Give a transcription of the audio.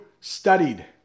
studied